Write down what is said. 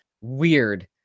weird